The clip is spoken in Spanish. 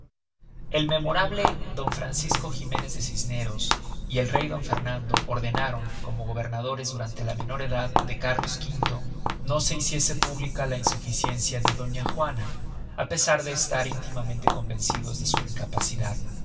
el memorable d francisco jimenez de cisneros y el rey don fernando ordenaron como gobernadores durante la menor edad de cárlos v no se hiciese pública la insuficiencia de doña juana á pesar de estar íntimamente convencidos de su incapacidad